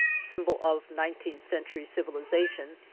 symbol of nineteenth-century civilization,